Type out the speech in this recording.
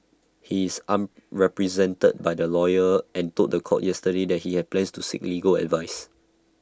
he is unrepresented by the lawyer and told The Court yesterday that he have plans to seek legal advice